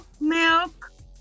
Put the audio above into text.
milk